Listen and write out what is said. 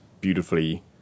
beautifully